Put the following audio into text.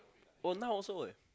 oh now also leh